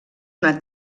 una